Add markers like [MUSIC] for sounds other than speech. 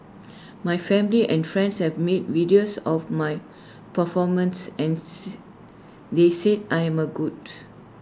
my family and friends have mid videos of my performances and [UNINTELLIGIBLE] they said I am A good